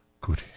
Good